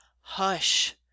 hush